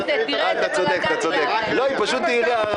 יש 120 חברי כנסת, וזה יכלול את כולם.